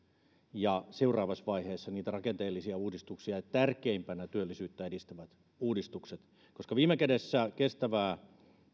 ja seuraavassa vaiheessa niitä rakenteellisia uudistuksia tärkeimpänä työllisyyttä edistävät uudistukset koska viime kädessä kestävää